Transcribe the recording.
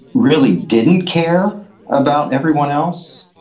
really didn't care about everyone else,